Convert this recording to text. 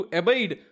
abide